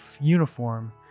uniform